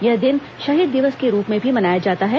यह दिन शहीद दिवस के रूप में भी मनाया जाता है